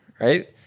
right